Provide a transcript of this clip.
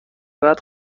بعد